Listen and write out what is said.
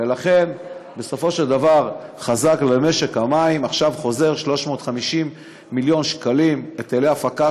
ולכן בסופו של דבר למשק המים עכשיו חוזרים 350 מיליון שקלים היטלי הפקה,